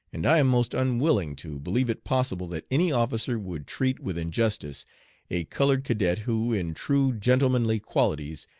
and i am most unwilling to believe it possible that any officer would treat with injustice a colored cadet who in true gentlemanly qualities,